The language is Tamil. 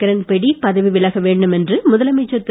கிரண்பேடி பதவி விலக வேண்டுமென்று முதலமைச்சர் திரு